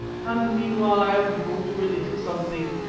and meanwhile, i have brought you a little something,